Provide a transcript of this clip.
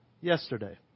yesterday